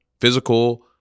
physical